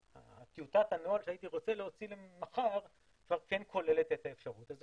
טיוטת הנוהל שהייתי רוצה להוציא מחר כבר כן כוללת את האפשרות הזאת.